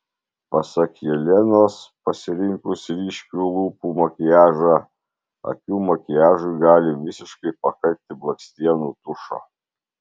pasak jelenos pasirinkus ryškių lūpų makiažą akių makiažui gali visiškai pakakti blakstienų tušo